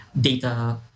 data